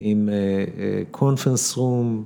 ‫עם קונפרנס רום.